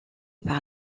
par